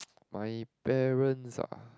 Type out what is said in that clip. my parents ah